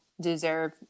deserve